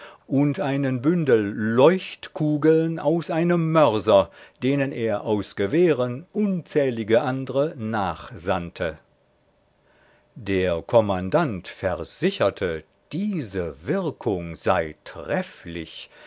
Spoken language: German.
und einen bündel leuchtkugeln aus einem mörser denen er aus gewehren unzählige andre nachsandte der kommandant versicherte diese wirkung sei trefflich